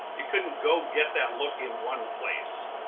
you couldn't go get that look in one place.